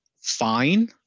fine